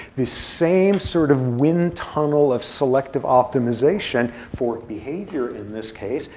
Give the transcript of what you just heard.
this same sort of wind tunnel of selective optimization for behavior in this case,